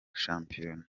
shampiyona